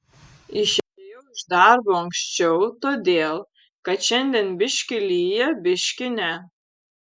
išėjau iš darbo anksčiau todėl kad šiandien biški lyja biški ne